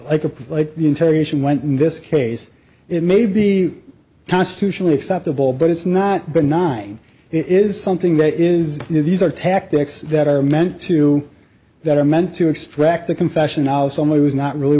prick like interrogation went in this case it may be constitutionally acceptable but it's not benign it is something that is these are tactics that are meant to that are meant to extract the confession now someone who is not really